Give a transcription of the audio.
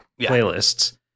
playlists